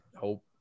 hope